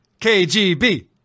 KGB